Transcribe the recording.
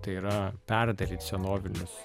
tai yra perdaryt senovinius